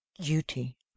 duty